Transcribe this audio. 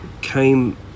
came